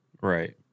Right